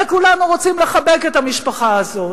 וכולנו רוצים לחבק את המשפחה הזאת,